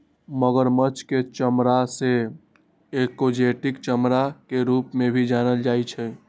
मगरमच्छ के चमडड़ा के एक्जोटिक चमड़ा के रूप में भी जानल जा हई